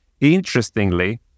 Interestingly